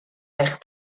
eich